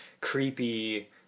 creepy